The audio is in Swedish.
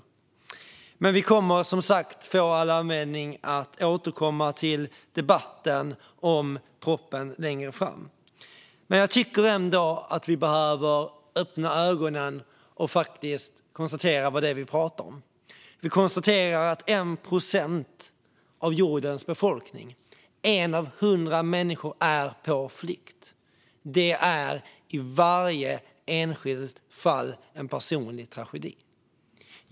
Men vi kommer som sagt att få all anledning att återkomma till debatten om proppen längre fram. Jag tycker ändå att vi behöver öppna ögonen och se vad vi egentligen talar om. Det är 1 procent av jordens befolkning, en av hundra människor, som är på flykt. Det är i varje enskilt fall en personlig tragedi.